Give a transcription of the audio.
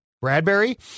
Bradbury